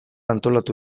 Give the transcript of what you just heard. antolatu